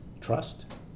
trust